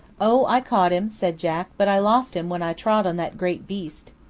oh, i caught him, said jack but i lost him when i trod on that great beast.